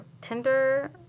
Tinder